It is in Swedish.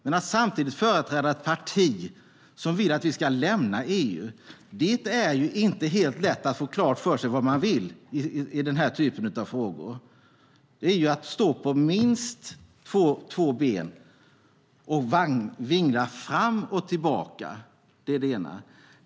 Men samtidigt företräder han ett parti som vill att vi ska lämna EU. Det är inte helt lätt att få klart för sig vad Tony Wiklander och Sverigedemokraterna vill i den här typen av frågor. Man står på minst två ben och vinglar fram och tillbaka.